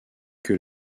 que